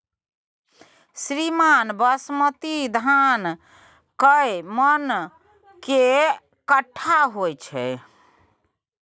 श्रीमान बासमती धान कैए मअन के कट्ठा दैय छैय?